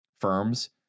firms